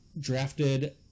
drafted